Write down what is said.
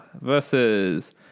versus